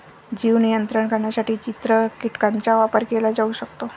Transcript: जीव नियंत्रित करण्यासाठी चित्र कीटकांचा वापर केला जाऊ शकतो